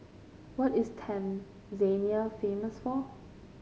what is Tanzania famous for